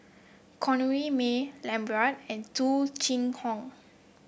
Corrinne May Lambert and Tung Chye Hong